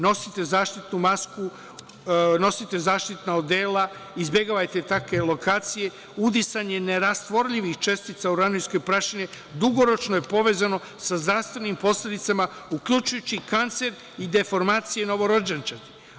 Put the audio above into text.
Nosite zaštitnu masku, nosite zaštitna odela, izbegavajte takve lokacije, udisanje nerastvorljivih čestica uranijumske prašine, dugoročno je povezano sa zdravstvenim posledicama, uključujući kancer i deformacije novorođenčadi.